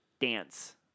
dance